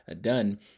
done